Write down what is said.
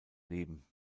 leben